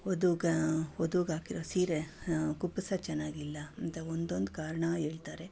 ವದುಗ ವಧುಗಾಕಿರೋ ಸೀರೆ ಕುಪ್ಪಸ ಚೆನ್ನಾಗಿಲ್ಲ ಅಂತ ಒಂದೊಂದು ಕಾರಣ ಹೇಳ್ತಾರೆ